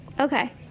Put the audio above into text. Okay